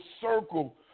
circle